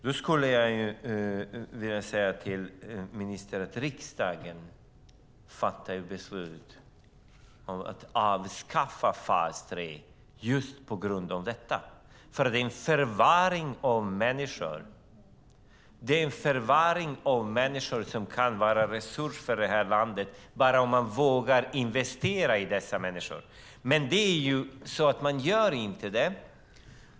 Då skulle jag vilja säga till ministern att riksdagen ju fattat beslut om att avskaffa fas 3 just på grund av detta, för det är en förvaring av människor som kan vara en resurs för det här landet om man bara vågar investera i dem. Men det gör man inte.